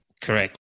Correct